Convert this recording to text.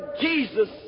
Jesus